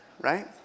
right